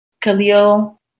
Khalil